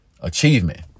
achievement